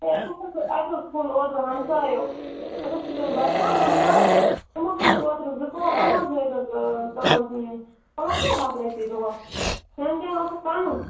A اَسہِ حظ اَسہِ حظ کھوٚن اوترٕ ہَمسایو چھِ تِم بَسان ہَمساے تِمو کھٔنِکھ ہَتھ رۄپیہِ دۄہَس کھٮ۪ن چٮ۪ن اوسُکھ پَنُن